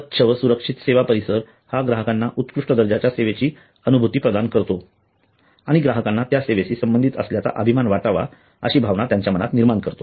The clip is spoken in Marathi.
स्वच्छ व सुरक्षित सेवा परिसर हा ग्राहकांना उत्कृष्ट दर्जाच्या सेवेची अनुभूती प्रदान करतो आणि ग्राहकांना त्या सेवेशी संबंधित असल्याचा अभिमान वाटावा अशी भावना त्यांच्या मनात निर्माण करतो